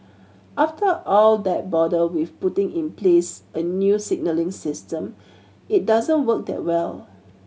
after all that bother with putting in place a new signalling system it doesn't work that well